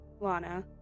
Lana